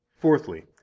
Fourthly